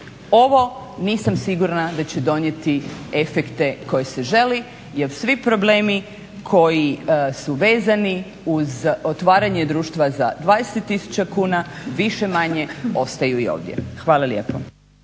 Ovo nisam sigurna da će donijeti efekte koje se želi jer svi problemi koji su vezani uz otvaranje društva za 20 tisuća kuna više-manje ostaju i ovdje. Hvala lijepo.